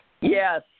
Yes